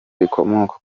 rikomoka